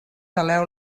saleu